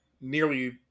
nearly